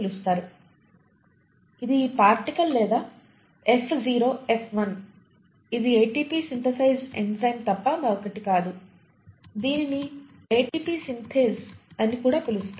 ఇది ఈ పార్టికల్ లేదా F0 F1 ఇది ఎటిపి సింథసైజ్ ఎంజైమ్ తప్ప మరొకటి కాదు దీనిని ఎటిపి సింథేస్ అని కూడా పిలుస్తారు